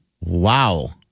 Wow